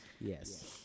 Yes